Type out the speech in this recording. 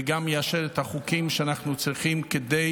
וגם יאשר את החוקים שאנחנו צריכים כדי